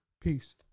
peace